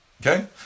Okay